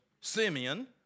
Simeon